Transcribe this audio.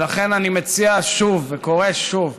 ולכן אני מציע שוב וקורא שוב: